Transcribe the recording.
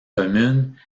commune